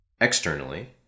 externally